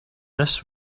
this